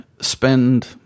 spend